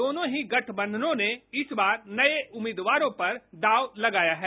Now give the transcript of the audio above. दोनों ही गठबंधनों ने इस बार नये उम्मीदवारों पर दांव लगाया है